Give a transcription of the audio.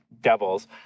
devils